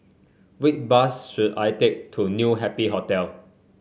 which bus should I take to New Happy Hotel